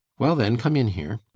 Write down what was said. well then, come in here.